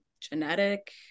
genetic